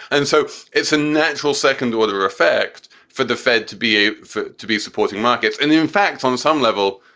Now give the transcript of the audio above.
and so it's a natural second order effect for the fed to be a to be supporting markets in the in fact, on some level.